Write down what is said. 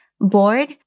bored